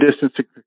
distance